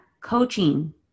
coaching